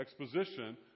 exposition